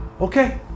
Okay